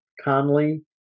Conley